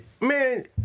Man